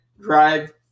drive